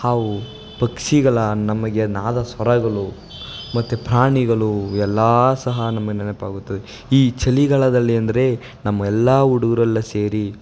ಹಾವು ಪಕ್ಷಿಗಳು ನಮಗೆ ನಾದ ಸ್ವರಗಳು ಮತ್ತು ಪ್ರಾಣಿಗಳು ಎಲ್ಲ ಸಹ ನಮಗೆ ನೆನಪಾಗುತ್ತದೆ ಈ ಚಳಿಗಾಲದಲ್ಲಿ ಅಂದರೆ ನಮ್ಮ ಎಲ್ಲ ಹುಡುಗ್ರೆಲ್ಲ ಸೇರಿ